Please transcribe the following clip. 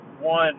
One